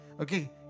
Okay